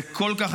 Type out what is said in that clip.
זה כל כך,